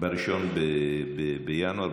ב-1 בינואר.